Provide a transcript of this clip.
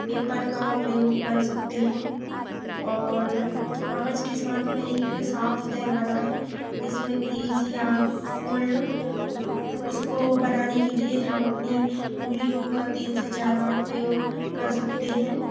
paper का प्रयोग कर सकते हैं और कागज़ के साथ में एक साफ सतह बनाएँ इसमें क्रीज़ या फोल्ड उसको बनाने के लिए हम अपनी उंगलियों का तीन से चार बार प्रयोग कर सकते हैं